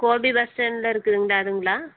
Gopi bus ஸ்டாண்டில் இருக்குதுங்களே அதுங்களா